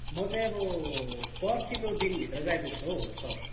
म चाहिँ अब पर्सीको दिनभित्र चाहिँ आइपुग्छु हौ सर